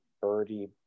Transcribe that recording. birdie